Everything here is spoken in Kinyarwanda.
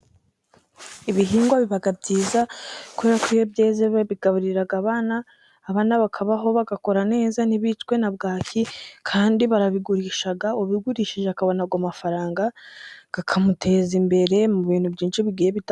Ibihingwa biba byiza, kubera ko iyo byeze babigaburira abana, abana bakabaho, bagakura neza ntibicwe na bwaki, kandi barabigurisha, ubigurishije akabona ayo mafaranga, akamuteza imbere mu bintu byinshi bigiye bitandukanye.